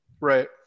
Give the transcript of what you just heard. Right